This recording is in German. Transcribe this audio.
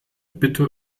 bitte